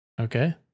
Okay